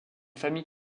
famille